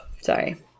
sorry